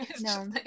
No